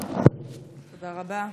תודה רבה.